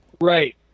Right